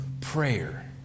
prayer